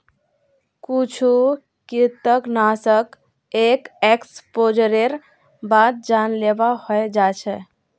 कुछु कृंतकनाशक एक एक्सपोजरेर बाद जानलेवा हय जा छ